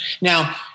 Now